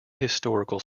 historical